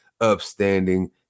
upstanding